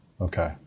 Okay